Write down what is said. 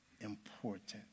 important